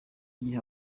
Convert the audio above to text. gihe